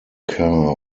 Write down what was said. car